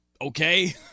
okay